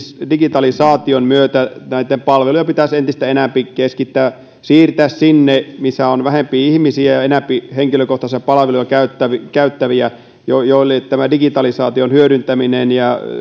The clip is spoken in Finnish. digitalisaation myötä palveluja pitäisi entistä enempi siirtää sinne missä on vähempi ihmisiä ja enempi henkilökohtaisia palveluja käyttäviä käyttäviä joille digitalisaation hyödyntäminen ja